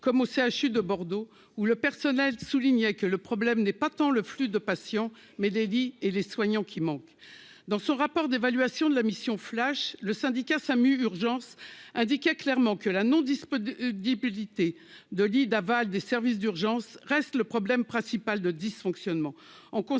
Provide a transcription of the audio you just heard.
comme au CHU de Bordeaux où le personnel, soulignait que le problème n'est pas tant le flux de patients mais et les soignants qui manque dans son rapport d'évaluation de la mission flash le syndicat SAMU Urgences indiquait clairement que la non-dispose de débilité de lits d'aval des services d'urgence reste le problème principal de dysfonctionnement,